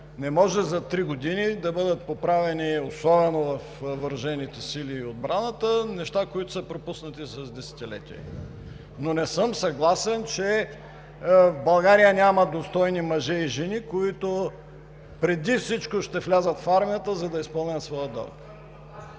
Не може за три години да бъдат поправени, особено във въоръжените сили и отбраната, неща, които са пропуснати от десетилетия, но не съм съгласен, че в България няма достойни мъже и жени, които преди всичко ще влязат в армията, за да изпълнят своя дълг.